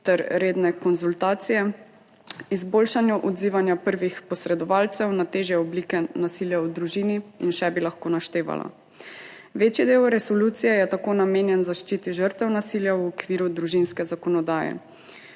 ter redne konzultacije, izboljšanju odzivanja prvih posredovalcev na težje oblike nasilja v družini in še bi lahko naštevala. Večji del resolucije je tako namenjen zaščiti žrtev nasilja v okviru družinske zakonodaje.